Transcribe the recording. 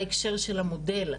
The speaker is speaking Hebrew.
בהקשר של המודל,